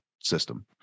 system